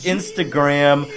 Instagram